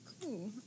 cool